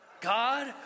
God